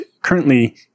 Currently